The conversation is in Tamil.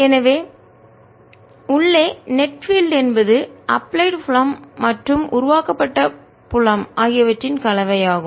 எனவே உள்ளே நெட் பீல்ட் நிகர புலம் என்பது அப்லைட் புலம் மற்றும் உருவாக்கப்பட்ட புலம் ஆகியவற்றின் கலவையாகும்